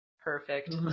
Perfect